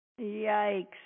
Yikes